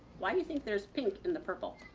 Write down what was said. why do you think there is pink in the purple?